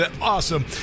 awesome